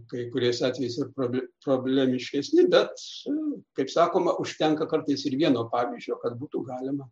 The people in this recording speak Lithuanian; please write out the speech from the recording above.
kai kuriais atvejais ir probi problemiškesni bet su kaip sakoma užtenka kartais ir vieno pavyzdžio kad būtų galima